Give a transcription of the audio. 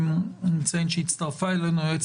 הינה,